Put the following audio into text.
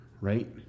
right